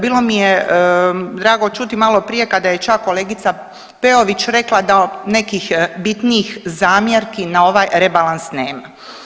Bilo mi je drago čuti malo prije kada je čak kolegica Peović rekla da nekih bitnijih zamjerki na ovaj rebalans nema.